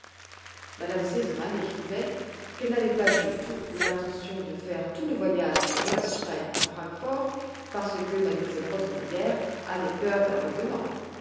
me sesemann écrivait qu'elle n'avait pas du tout l'intention de faire tout le voyage de holstein à francfort parce que m elle rottenmeier avait peur d'un revenant